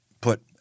put